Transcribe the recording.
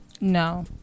No